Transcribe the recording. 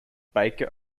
baker